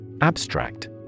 Abstract